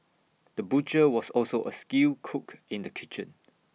the butcher was also A skilled cook in the kitchen